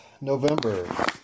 November